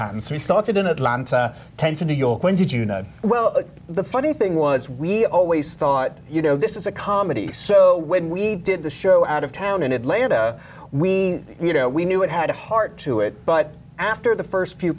you started in atlanta tension new york when did you know well the funny thing was we always thought you know this is a comedy so when we did the show out of town in atlanta we you know we knew it had a heart to it but after the st few